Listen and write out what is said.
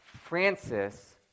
Francis